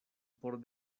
por